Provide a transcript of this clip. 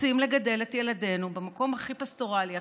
רוצים לגדל את ילדינו במקום הכי פסטורלי,